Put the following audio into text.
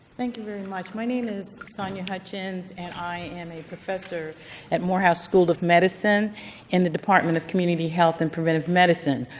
thank you very much. my name is sonia hutchins, and i am a professor at morehouse school of medicine in the department of community health and preventive medicine.